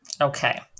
Okay